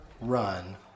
run